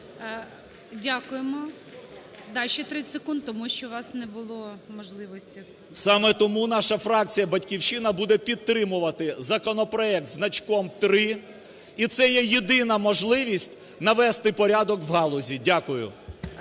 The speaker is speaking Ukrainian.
Дякуємо. Так, ще 30 секунд тому що у вас не було можливості. 17:47:39 СОБОЛЄВ С.В. Саме тому наша фракція "Батьківщина" буде підтримувати законопроект зі значком 3, і це є єдина можливість навести порядок в галузі. Дякую.